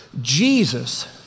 Jesus